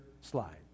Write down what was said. slide